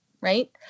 Right